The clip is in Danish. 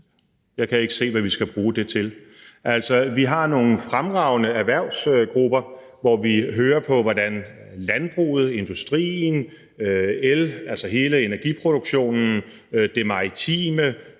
Jeg kan ikke se, hvad vi skal bruge det til. Vi har nogle fremragende erhvervsgrupper. Vi skal lytte til landbruget, industrien, hele energiproduktionen, det maritime.